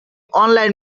online